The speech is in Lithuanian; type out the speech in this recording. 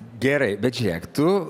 gerai bet žiūrėk tu